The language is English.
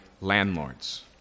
landlords